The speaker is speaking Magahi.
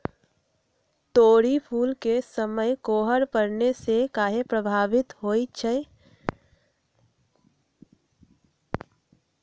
तोरी फुल के समय कोहर पड़ने से काहे पभवित होई छई?